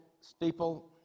steeple